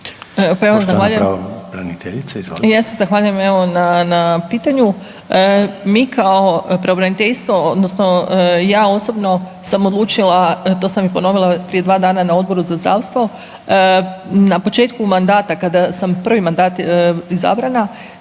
Ja se zahvaljujem evo na pitanju. Mi kao pravobraniteljstvo odnosno ja osobno sam odlučila, to sam i ponovila prije 2 dana na Odboru za zdravstvo, na početku mandata kada sam prvi mandat izabrana,